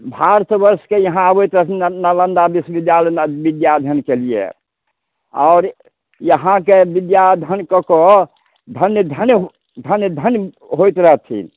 भारतवर्षके यहाँ अबैत रहथिन नालन्दा बिश्बिद्यालयमे बिद्याअध्ययनके लिए आओर यहाँके बिद्याअध्ययन कऽ कऽ धन्य धन्य धन्य धन्य होइत रहथिन